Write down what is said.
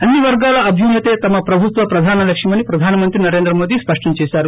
అన్ని వర్గాల అభ్యున్నతే తమ ప్రభుత్వ ప్రధాన లక్ష్యమని ప్రధాన మంత్రి నరేంద్ర మోదీ స్పష్టం చేశారు